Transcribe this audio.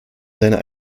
seiner